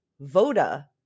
voda